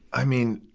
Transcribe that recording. i mean,